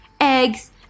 eggs